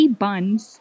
buns